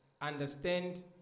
understand